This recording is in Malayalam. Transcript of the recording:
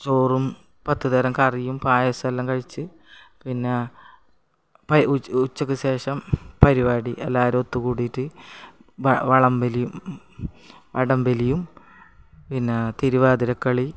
ചോറും പത്തു തരം കറിയും പായസവുമെല്ലാം കഴിച്ചു പിന്നെ ഉച്ചക്ക് ശേഷം പരിപാടി എല്ലാവരും ഒത്തു കൂടിയിട്ട് വ വടം വലിയും വടം വലിയും പിന്നെ തിരുവാതിരക്കളി